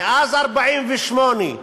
מאז 1948,